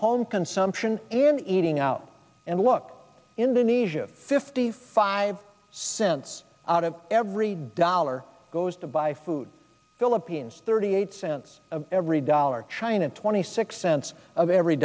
home consumption and eating out and look indonesia fifty five cents out of every dollar goes to buy food philippians thirty eight cents of every dollar china twenty six cents of every